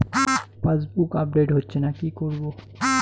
Passbook update হচ্ছেনা কি করবো?